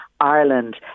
Ireland